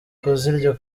kuzirya